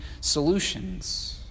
solutions